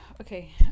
Okay